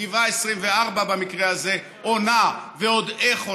גבעה 24, במקרה הזה, עונה, ועוד איך עונה.